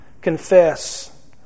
confess